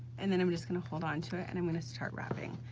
and then i'm just gonna hold on to it and i'm gonna start wrapping.